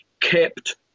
kept